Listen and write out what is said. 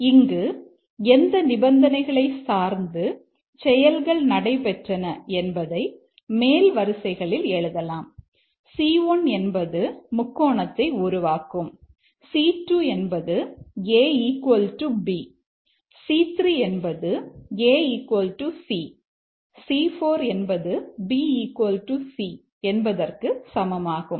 இங்கு எந்த நிபந்தனைகளை சார்ந்து செயல்கள் நடைபெற்றன என்பதை மேல் வரிசைகளில் எழுதலாம் C1 என்பது முக்கோணத்தை உருவாக்கும் C2 என்பது ab C3 என்பது ac C4 என்பது bc என்பதற்கு சமமாகும்